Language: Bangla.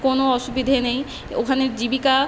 কোনো অসুবিধে নেই ওখানে জীবিকা